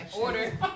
Order